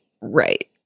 Right